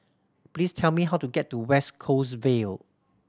please tell me how to get to West Coast Vale